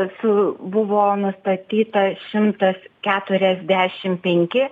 su buvo nustatyta šimtas keturiasdešim penki